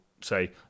say